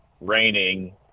raining